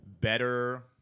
better